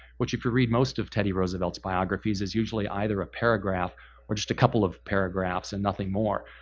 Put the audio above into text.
which if you read most of teddy roosevelt's biographies is usually either a paragraph or just a couple of paragraphs and nothing more.